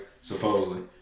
supposedly